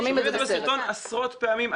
רואים את זה בסרטון עשרות פעמים,